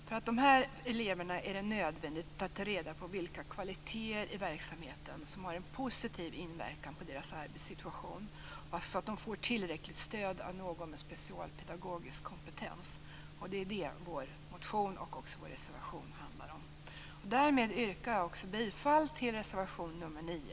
För de här eleverna är det nödvändigt att ta reda på vilka kvaliteter i verksamheten som har en positiv inverkan på deras arbetssituation så att de får tillräckligt stöd av någon med specialpedagogisk kompetens. Det är det vår motion och också vår reservation handlar om. Därmed yrkar jag också bifall till reservation 9